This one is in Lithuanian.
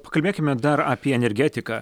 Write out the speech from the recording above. pakalbėkime dar apie energetiką